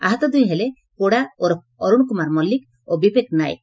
ଆହତ ଦୁହେଁ ହେଲେ ପୋଡ଼ା ଓରଫ୍ ଅରୁଶ କୁମାର ମଲ୍କିକ ଓ ବିବେକ ନାୟକ